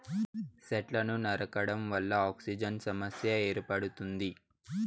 సెట్లను నరకడం వల్ల ఆక్సిజన్ సమస్య ఏర్పడుతుంది